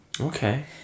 Okay